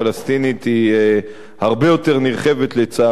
חבר הכנסת זאב, מה קרה?